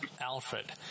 Alfred